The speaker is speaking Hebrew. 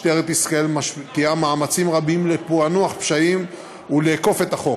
משטרת ישראל משקיעה מאמצים רבים בפענוח פשעים ובאכיפת החוק.